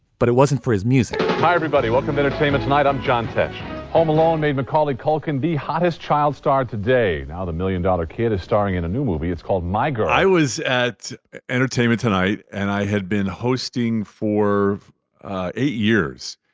but it wasn't for his music hi, everybody. welcome to entertainment tonight. i'm john tesh um along a, macaulay culkin, b, hottest child star today. now, the million dollar kid is starring in a new movie. it's called my girl i was at entertainment tonight and i had been hosting for eight years.